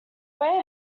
wear